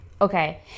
Okay